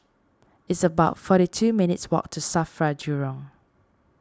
it's about forty two minutes' walk to Safra Jurong